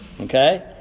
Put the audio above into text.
okay